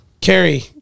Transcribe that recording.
Carrie